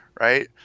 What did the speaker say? right